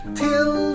till